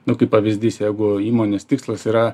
nu kaip pavyzdys jeigu įmonės tikslas yra